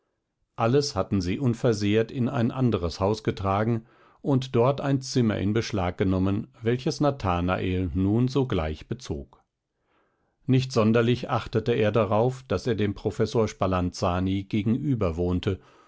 alles hatten sie unversehrt in ein anderes haus getragen und dort ein zimmer in beschlag genommen welches nathanael nun sogleich bezog nicht sonderlich achtete er darauf daß er dem professor spalanzani gegenüber wohnte